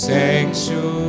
Sanctuary